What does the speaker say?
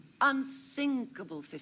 unthinkable